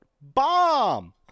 bomb